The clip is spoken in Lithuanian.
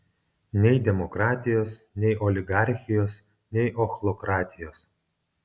nei demokratijos nei oligarchijos nei ochlokratijos